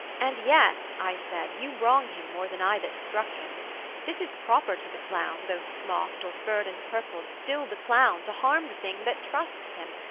and yet i said, you wrong him more than i that struck him this is proper to the clown, though smocked, or furred and purpled, still the clown, to harm the thing that trusts him,